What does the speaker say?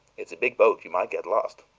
it's a big boat you might get lost.